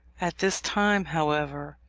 at this time, however,